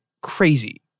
crazy